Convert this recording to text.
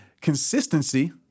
Consistency